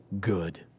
good